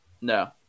No